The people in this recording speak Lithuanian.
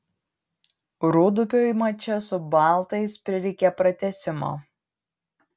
rūdupiui mače su baltais prireikė pratęsimo